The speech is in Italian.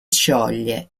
scioglie